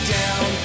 down